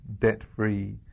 debt-free